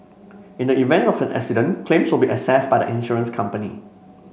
in the event of an accident claims will be assessed by the insurance company